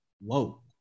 Whoa